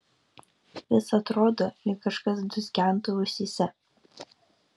vis atrodo lyg kažkas dūzgentų ausyse